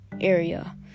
area